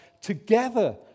Together